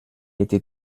était